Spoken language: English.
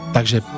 Takže